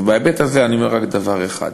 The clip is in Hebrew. ובהיבט הזה אני אומר רק דבר אחד: